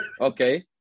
Okay